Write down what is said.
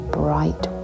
bright